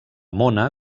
mona